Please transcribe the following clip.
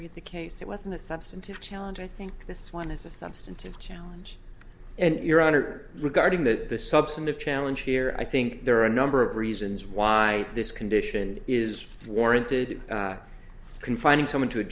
read the case it wasn't a substantive challenge i think this one is a substantive challenge and your honor regarding that the substantive challenge here i think there are a number of reasons why this condition is warranted confining someone to